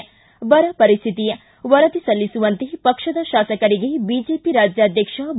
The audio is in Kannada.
್ತಿ ಬರ ಪರಿಸ್ಥಿತಿ ವರದಿ ಸಲ್ಲಿಸುವಂತೆ ಪಕ್ಷದ ಶಾಸಕರಿಗೆ ಬಿಜೆಪಿ ರಾಜ್ಯಾಧ್ಯಕ್ಷ ಬಿ